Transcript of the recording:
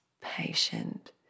patient